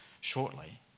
shortly